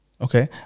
okay